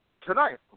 Tonight